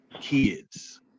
kids